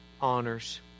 honors